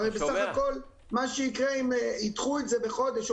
הרי בסך הכול מה שיקרה אם ידחו את זה בחודש,